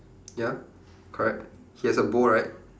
ya correct he has a bowl right